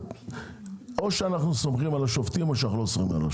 או שאנחנו סומכים על השופטים או שאנחנו לא סומכים עליהם.